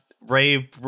Ray